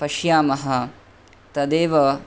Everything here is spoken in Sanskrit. पश्यामः तदेव